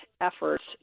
efforts